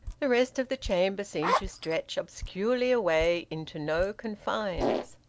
the rest of the chamber seemed to stretch obscurely away into no confines.